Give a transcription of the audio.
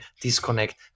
disconnect